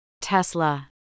Tesla